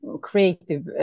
creative